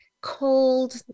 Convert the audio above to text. cold